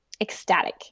Ecstatic